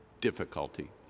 difficulty